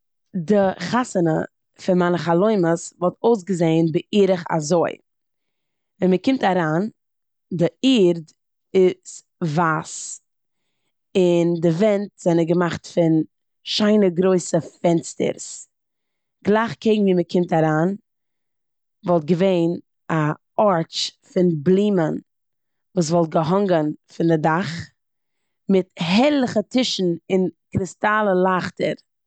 די חתונה פון מיינע חלומות וואלט אויסגעזען בערך אזוי. ווען מ'קומט אריין די ערד איז ווייס און די ווענט זענעו געמאכט פון שיינע גרויסע פענסטערס. גלייך קעגן ווי מ'קומט אריין וואלט געווען א ארטש פון בלומען וואס וואלט געהאנגען פון די דאך, מיט הערליכע טישן און קריסטאלע לייכטער.